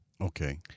Okay